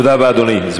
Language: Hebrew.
תודה רבה, אדוני.